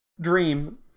Dream